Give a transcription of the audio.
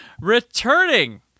Returning